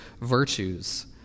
virtues